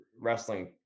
wrestling